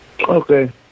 Okay